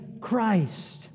Christ